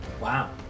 Wow